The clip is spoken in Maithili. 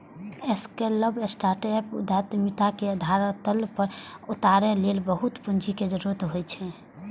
स्केलेबल स्टार्टअप उद्यमिता के धरातल पर उतारै लेल बहुत पूंजी के जरूरत होइ छै